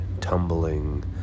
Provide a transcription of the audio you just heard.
tumbling